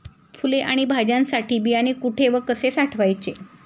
फुले आणि भाज्यांसाठी बियाणे कुठे व कसे साठवायचे?